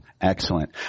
Excellent